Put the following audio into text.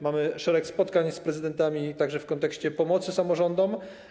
Mamy szereg spotkań z prezydentami, także w kontekście pomocy samorządom.